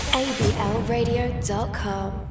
ablradio.com